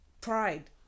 pride